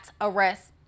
arrest